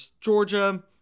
Georgia